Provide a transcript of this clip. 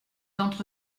entre